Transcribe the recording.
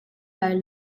lai